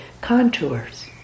contours